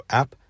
App